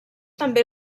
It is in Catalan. també